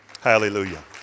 Hallelujah